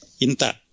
Inta